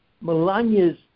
Melania's